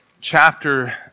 chapter